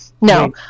No